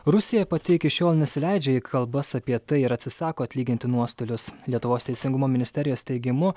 rusija pati iki šiol nesileidžia į kalbas apie tai ir atsisako atlyginti nuostolius lietuvos teisingumo ministerijos teigimu